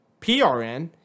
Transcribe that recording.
PRN